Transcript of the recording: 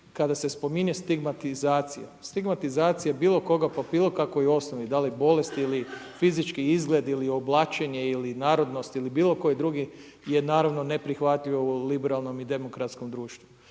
kada se spominje stigmatizacija, stigmatizacija bilo koga po bilo kakvoj osnovi, da li bolesti ili fizički izgled ili oblačenje ili narodnost ili bilo koji drugi je naravno neprihvatljivo u liberalnom i demokratskom društvu.